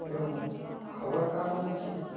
ଯେଉଁ ଖବରକାଗଜ ଅଛି